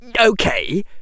Okay